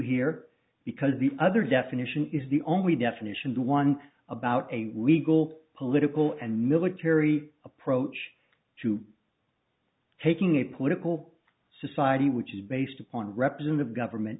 here because the other definition is the only definition the one about a legal political and military approach to taking a political society which is based upon representative government